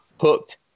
hooked